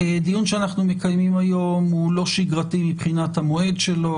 הדיון שאנחנו מקיימים היום הוא לא שגרתי מבחינת המועד שלו,